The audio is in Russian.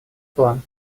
план